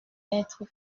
être